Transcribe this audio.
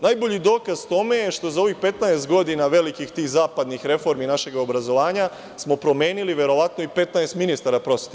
Najbolji dokaz tome je što smo za ovih 15 godina velikih zapadnih reformi našeg obrazovanja promenili verovatno i 15 ministara prosvete.